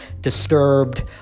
disturbed